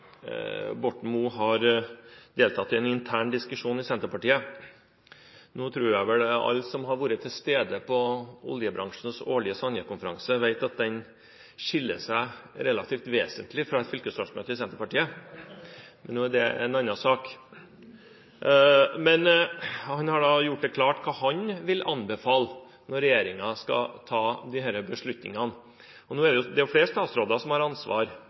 Borten Moe har deltatt i en intern diskusjon i Senterpartiet. Jeg tror at alle som har vært til stede på oljebransjens årlige konferanse vet at den relativt vesentlig skiller seg fra et fylkesårsmøte i Senterpartiet, men det er en annen sak. Han har gjort det klart hva han vil anbefale når regjeringen skal ta disse beslutningene, men det er jo flere statsråder som har ansvar